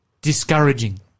discouraging